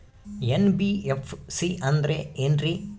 NBFC ಅಂದ್ರ ಏನ್ರೀ?